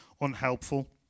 unhelpful